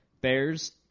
Bears